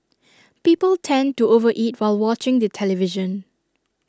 people tend to over eat while watching the television